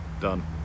Done